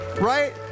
right